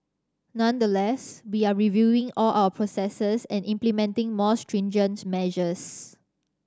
nonetheless we are reviewing all our processes and implementing more stringent measures